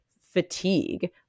fatigue